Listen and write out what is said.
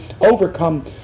overcome